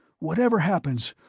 whatever happens,